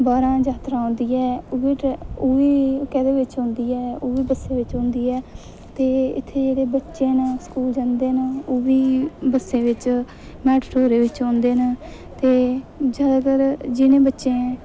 बाहरा जात्तरा औंदी ऐ ओह्बी कैह्दे बिच औंदी ऐ ते ओह्बी बस्सें बिच औंदी ऐ ते इत्थै जेह्ड़े बच्चे न स्कूल जंदे न ओह्बी बस्सें बिच मेटाडोरे बिच औंदे न ते जादातर जि'नें बच्चें